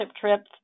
trip